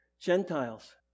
Gentiles